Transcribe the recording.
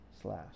slash